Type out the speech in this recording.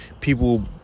people